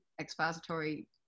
expository